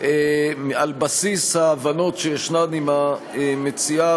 על בסיס ההבנות שיש עם המציעה,